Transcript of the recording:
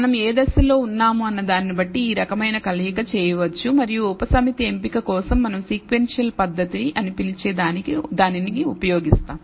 మనం ఏ దశలో ఉన్నాము అన్న దానిని బట్టి ఈ రకమైన కలయిక చేయవచ్చు మరియు ఉపసమితి ఎంపిక కోసం మనం సీక్వెన్షియల్ పద్దతి అని పిలిచే దానికి ఉపయోగిస్తాం